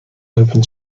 open